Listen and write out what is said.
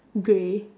grey